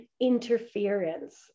interference